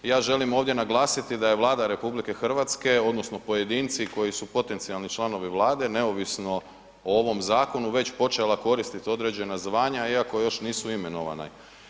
Ja želim ovdje naglasiti da je Vlada RH odnosno pojedinci koji su potencijalni članovi Vlade neovisno o ovom zakonu već počela koristit određena zvanja iako još nisu imenovani.